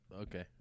okay